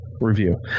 review